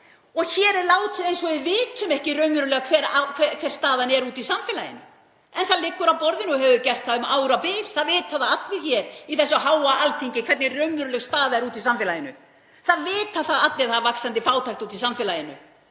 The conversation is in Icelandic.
og hér er látið eins og við vitum ekki raunverulega hver staðan er úti í samfélaginu en það liggur á borðinu og hefur gert það um árabil. Það vita það allir hér á þessu háa Alþingi hvernig raunveruleg staða er úti í samfélaginu. Það vita allir að það er vaxandi fátækt úti í samfélaginu.